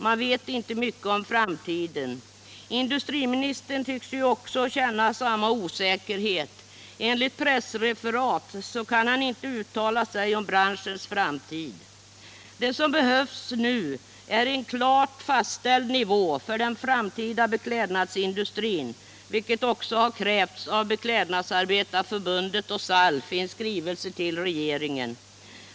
Man vet inte mycket om framtiden. Industriministern tycks ju också känna samma osäkerhet. Enligt pressreferat kan han inte uttala sig om branschens framtid. Vad som behövs nu är en klart fastställd nivå för den framtida beklädnadsindustrin, vilket också har krävts av Beklädnadsarbetareförbundet och SALF i en skrivelse till regeringen.